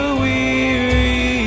weary